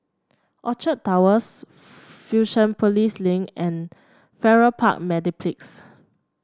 Orchard Towers Fusionopolis Link and Farrer Park Mediplex